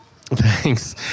Thanks